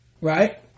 right